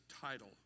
title